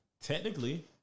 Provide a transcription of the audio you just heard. Technically